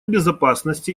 безопасности